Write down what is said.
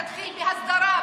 תתחיל בהסדרה,